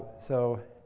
so,